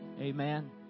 Amen